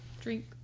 Drink